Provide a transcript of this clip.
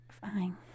Fine